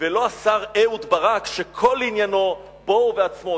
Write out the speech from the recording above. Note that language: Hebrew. ולא השר אהוד ברק, שכל עניינו בו ובעצמו.